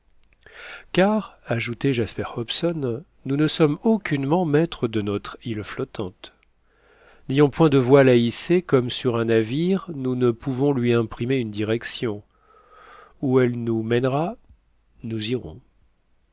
car ajoutait jasper hobson nous ne sommes aucunement maîtres de notre île flottante n'ayant point de voile à hisser comme sur un navire nous ne pouvons lui imprimer une direction où elle nous mènera nous irons